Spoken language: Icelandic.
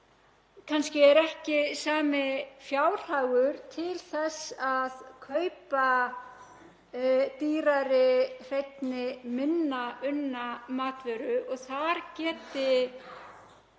kannski er ekki sami fjárhagur til þess að kaupa dýrari, hreinni, minna unna matvöru og þar geti